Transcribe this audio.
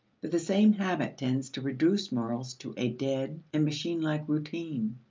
but the same habit tends to reduce morals to a dead and machinelike routine.